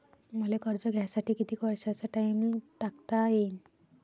मले कर्ज घ्यासाठी कितीक वर्षाचा टाइम टाकता येईन?